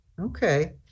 Okay